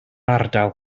ardal